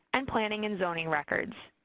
and planning and zoning records.